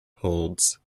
holds